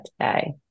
today